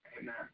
Amen